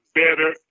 better